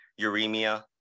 uremia